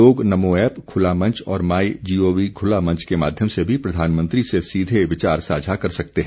लोग नमो ऐप खुला मंच और माइ गोव खुला मंच के माध्यम से भी प्रधानमंत्री से सीधे विचार साझा कर सकते हैं